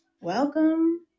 welcome